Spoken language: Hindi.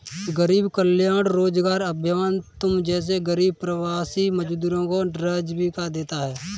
गरीब कल्याण रोजगार अभियान तुम जैसे गरीब प्रवासी मजदूरों को आजीविका देगा